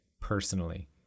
personally